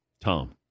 Tom